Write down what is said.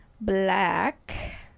black